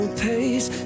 pace